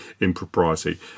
impropriety